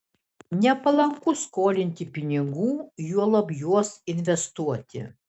nepalanku skolinti pinigų juolab juos investuoti